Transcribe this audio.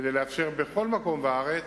כדי לאפשר בכל מקום בארץ,